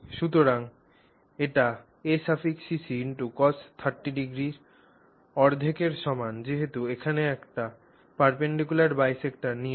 সুতরাং এটি acc × cos 30 এর অর্ধেকের সমান যেহেতু এখানে একটি লম্ব সমদ্বিখণ্ডক নিয়েছ